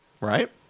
Right